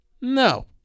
no